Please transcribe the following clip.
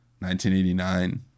1989